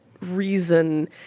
reason